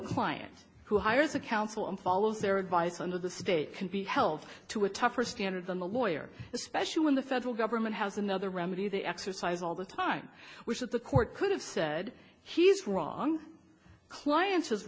client who hires a counsel and follows their advice under the state can be held to a tougher standard than a lawyer especially when the federal government has another remedy they exercise all the time which of the court could have said he's wrong clients is